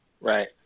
Right